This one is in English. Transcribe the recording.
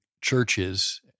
churches